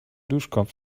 duschkopf